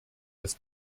des